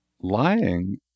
lying